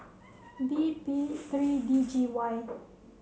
B P three D G Y